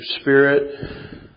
spirit